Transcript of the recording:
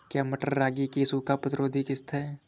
क्या मटर रागी की सूखा प्रतिरोध किश्त है?